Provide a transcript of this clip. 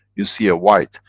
you see a white,